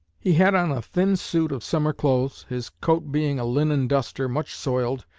he had on a thin suit of summer clothes, his coat being a linen duster, much soiled.